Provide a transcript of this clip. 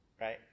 Right